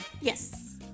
Yes